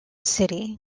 city